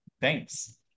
thanks